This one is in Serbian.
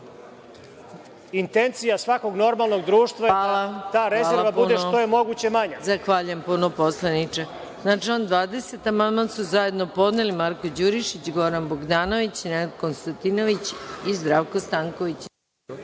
Intencija svakog normalnog društva je da ta rezerva bude što je moguće manja.